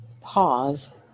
pause